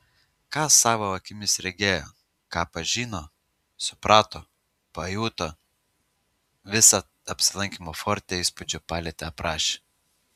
ką savo akimis regėjo ką pažino suprato pajuto visą apsilankymo forte įspūdžių paletę aprašė